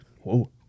Whoa